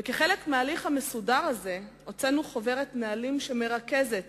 כחלק מההליך המסודר הזה הוצאנו חוברת נהלים שמרכזת